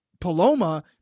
Paloma